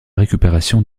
récupération